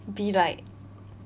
be like